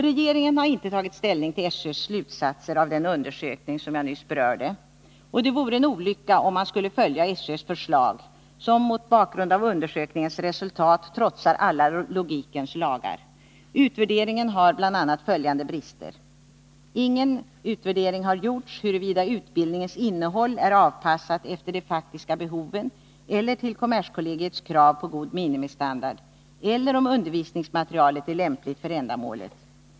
Regeringen har inte tagit ställning till SÖ:s slutsatser av den undersökning jag nyss berörde, och det vore en olycka om man skulle följa SÖ:s förslag som mot bakgrund av undersökningens resultat trotsar alla logikens lagar. Utvärderingen har bl.a. följande brister. Ingen utvärdering har gjorts av huruvida utbildningens innehåll är avpassat efter de faktiska behoven eller kommerskollegiets krav på ”god minimistandard” eller om undervisningsmaterialet är lämpligt för ändamålet.